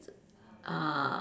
uh